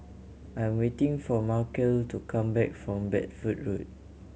I am waiting for Markell to come back from Bedford Road